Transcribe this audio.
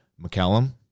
McCallum